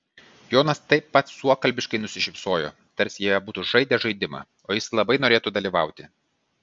jonas taip pat suokalbiškai nusišypsojo tarsi jie būtų žaidę žaidimą o jis labai norėtų dalyvauti